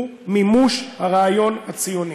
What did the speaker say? הוא מימוש הרעיון הציוני.